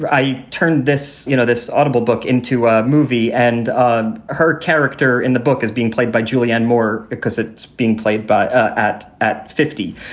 but i turned this you know this audible book into a movie. and um her character in the book is being played by julianne moore because it's being played ah at at fifty.